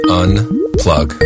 unplug